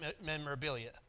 memorabilia